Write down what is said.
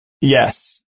Yes